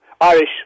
Irish